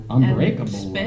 Unbreakable